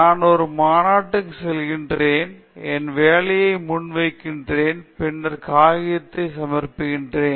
நான் ஒரு மாநாட்டிற்கு செல்கிறேன் என் வேலையை முன்வைக்கிறேன் பின்னர் ஒரு காகிதத்தை சமர்ப்பிக்கிறேன்